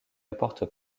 apporte